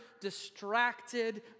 distracted